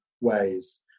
ways